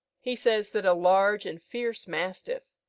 he says that a large and fierce mastiff,